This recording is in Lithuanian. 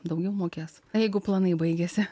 daugiau mokės jeigu planai baigiasi